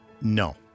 No